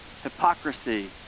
Hypocrisy